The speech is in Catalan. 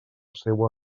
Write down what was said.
seua